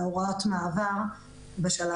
להוראת המעבר.